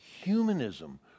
humanism